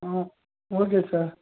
ah okay sir